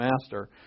master